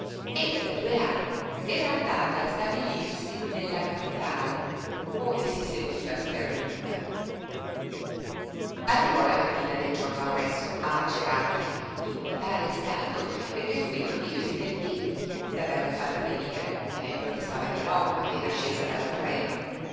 e da due anni era andata a stabilirsi nella capitale ove si sentiva sperduta arrivò la mattina del giorno appresso a macerata in tale stato che subito il figlio si pentí d'averla fatta venire ma lei protestava di no appena scesa dal treno